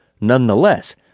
Nonetheless